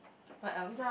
what else